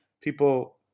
people